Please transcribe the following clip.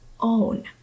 own